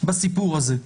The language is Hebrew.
בסיפור הזה.